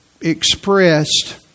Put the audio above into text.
expressed